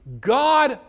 God